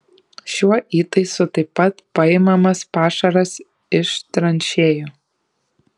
šiuo įtaisu taip pat paimamas pašaras iš tranšėjų